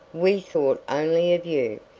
we thought only of you.